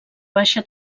baixa